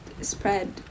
spread